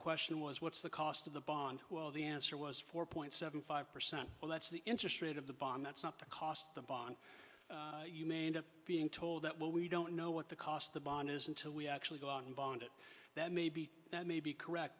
question was what's the cost of the bond well the answer was four point seven five percent well that's the interest rate of the bomb that's not the cost of the bond you may end up being told that well we don't know what the cost of the bond is until we actually go out and bond it that maybe that may be correct